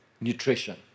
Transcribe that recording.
nutrition